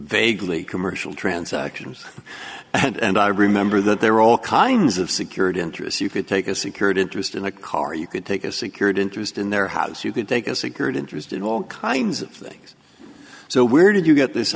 vaguely commercial transactions and i remember that there are all kinds of security interests you could take a secured interest in a car you could take a secured interest in their house you could take a secured interest in all kinds of things so where did you get this